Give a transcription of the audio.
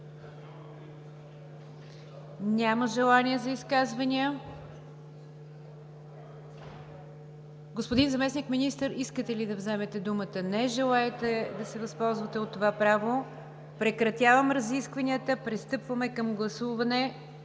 Няма желания за изказвания. Господин Заместник-министър, искате ли да вземете думата? Не желаете да се възползвате от това право. Прекратявам разискванията. Пристъпваме към гласуване